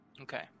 Okay